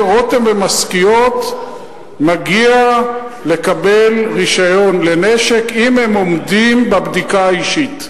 רותם ומשכיות מגיע לקבל רשיון לנשק אם הם עומדים בבדיקה האישית.